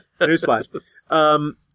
Newsflash